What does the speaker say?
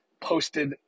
posted